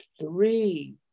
Three